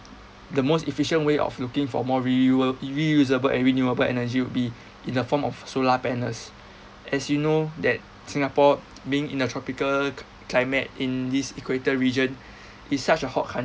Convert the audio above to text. the most efficient way of looking for more reuwel reusable and renewable energy would be in a form of solar panels as you know that singapore being in a tropical c~ climate in these equator region is such a hot